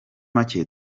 make